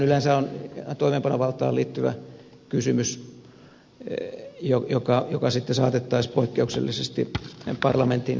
tuollainen on yleensä toimeenpanovaltaan liittyvä kysymys joka sitten saatettaisiin poikkeuksellisesti parlamentin käsiteltäväksi